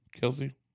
Kelsey